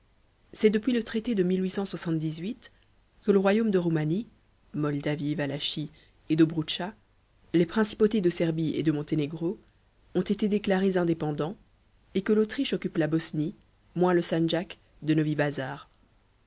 c'est depuis le traité de que le royaume de roumanie moldavie valachie et dobroutc les principautés de serbie et de montenegro ont été déclarés indépendants et que l'autriche occupe la bosnie moins le sandjak de novi bazar